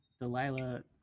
Delilah